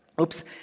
Oops